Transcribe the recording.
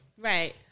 Right